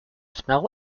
smell